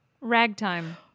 Ragtime